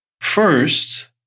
first